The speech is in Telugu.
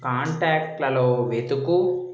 కాంటాక్ట్లలో వెతుకు